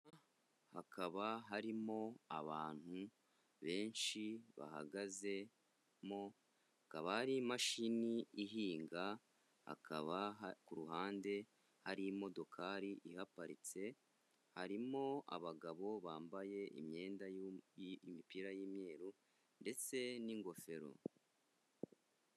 Hakaba harimo abantu benshi bahagazemo hakaba ari imashini ihinga, hakaba ku ruhande hari imodokari iparitse harimo abagabo bambaye imyenda y'imipira y'imweruru ndetse n'ingofero.